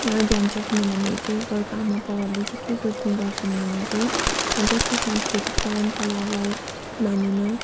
जान्छ किनभने चाहिँ घरका आमा बाउहरूले चाहिँ के सोच्ने गर्छन् भने चाहिँ जति सांस्कृतिक परम्परालाई मानेन